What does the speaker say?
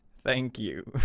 thank you!